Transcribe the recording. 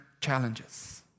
challenges